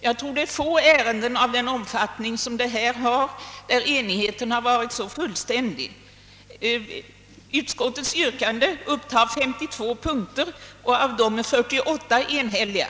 Jag tror att det är få ärenden av denna omfattning där enigheten varit så fullständig. Utskottets yrkande upptar 52 punkter och av dessa är 48 enhälliga.